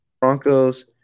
Broncos